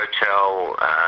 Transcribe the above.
hotel